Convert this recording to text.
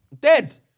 Dead